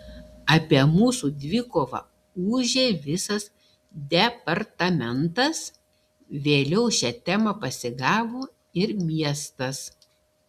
apie mūsų dvikovą ūžė visas departamentas vėliau šią temą pasigavo ir miestas